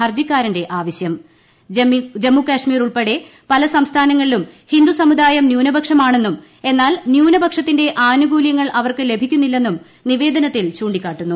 ഹർജിക്കാരന്റെ സംസ്ഥാനങ്ങളിലും ഹിന്ദു സമുദായിം ന്യൂനപക്ഷമാണെന്നും എന്നാൽ ന്യൂനപക്ഷത്തിന്റെ ആനുകൂല്യങ്ങൾ അവർക്ക് ലഭിക്കുന്നില്ലെന്നും നിവേദനത്തിൽ ചൂണ്ടിക്കാട്ടുന്നു